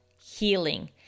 healing